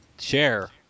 share